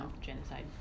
genocide